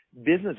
business